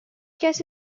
کسی